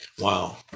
Wow